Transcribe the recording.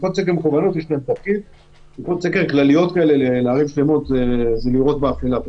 בדיקות סקר מכוונות ובדיקות כלליות לערים שלמות זה לירות באפלה.